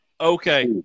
Okay